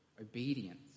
obedience